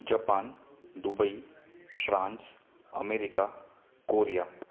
Japan Dubai France America Korea